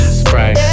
spray